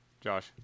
Josh